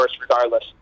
regardless